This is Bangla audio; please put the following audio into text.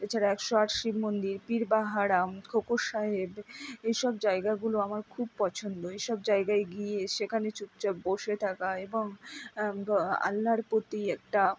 এছাড়া একশো আট শিব মন্দির পীরবাহারাম খোকর শাহের এসব জায়গাগুলো আমার খুব পছন্দ এসব জায়গায় গিয়ে সেখানে চুপচাপ বসে থাকা এবং আল্লার প্রতি একটা